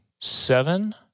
seven